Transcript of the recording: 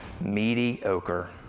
mediocre